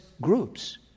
groups